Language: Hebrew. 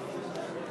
לכם.